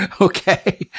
Okay